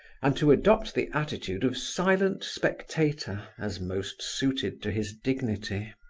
and to adopt the attitude of silent spectator, as most suited to his dignity.